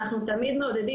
אנחנו תמיד מעודדים,